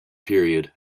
period